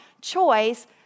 choice